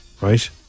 right